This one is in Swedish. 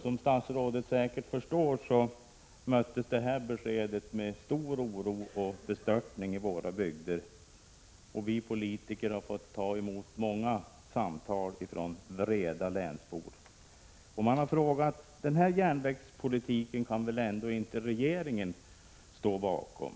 Som statsrådet säkert förstår möttes det här beskedet av stor oro och bestörtning i våra bygder, och vi politiker har fått ta emot många samtal från vreda länsbor. Man har sagt: Den här järnvägspolitiken kan väl ändå inte regeringen stå bakom.